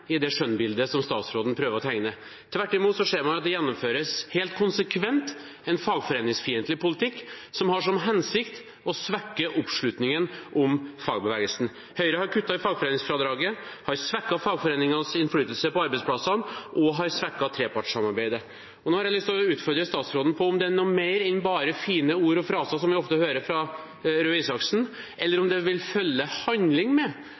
i det skjønnbildet som statsråden prøver å tegne. Tvert imot ser man at det helt konsekvent gjennomføres en fagforeningsfiendtlig politikk som har som hensikt å svekke oppslutningen om fagbevegelsen. Høyre har kuttet i fagforeningsfradraget, svekket fagforeningens innflytelse på arbeidsplassene og svekket trepartssamarbeidet. Nå har jeg lyst til å utfordre statsråden på om det er noe mer enn bare fine ord og fraser, som vi ofte hører fra Røe Isaksen, eller om det vil følge handling med